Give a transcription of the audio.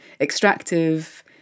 extractive